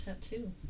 tattoo